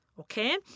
Okay